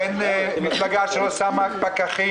אין מפלגה שלא שמה פקחים,